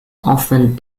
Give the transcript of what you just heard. often